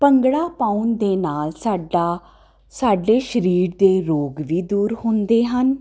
ਭੰਗੜਾ ਪਾਉਣ ਦੇ ਨਾਲ ਸਾਡਾ ਸਾਡੇ ਸਰੀਰ ਦੇ ਰੋਗ ਵੀ ਦੂਰ ਹੁੰਦੇ ਹਨ